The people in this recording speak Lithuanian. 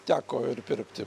teko ir pirkti